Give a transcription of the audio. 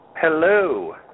Hello